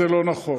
זה לא נכון,